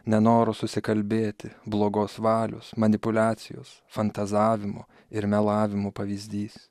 nenoras susikalbėti blogos valios manipuliacijos fantazavimo ir melavimo pavyzdys